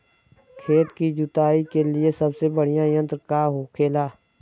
खेत की जुताई के लिए सबसे बढ़ियां यंत्र का होखेला?